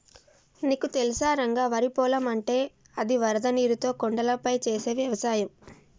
నీకు తెలుసా రంగ వరి పొలం అంటే అది వరద నీరుతో కొండలపై చేసే వ్యవసాయం